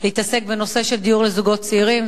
להתעסק בדיור לזוגות צעירים,